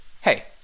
hey